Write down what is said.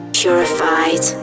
purified